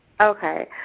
Okay